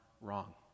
wrong